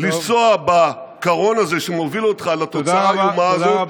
לנסוע בקרון הזה שמוביל אותך לתוצאה העגומה הזאת,